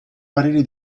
pareri